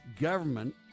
Government